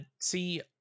See